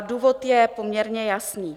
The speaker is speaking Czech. Důvod je poměrně jasný.